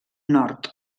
nord